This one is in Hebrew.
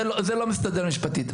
זה לא מסתדר משפטית.